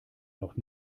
noch